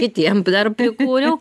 kitiem dar prikūriau